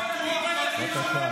תתבייש לך.